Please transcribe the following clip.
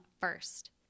first